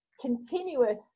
continuous